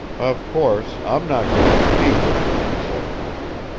of course, i'm not going to feed you, he said curtly,